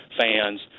fans